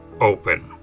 Open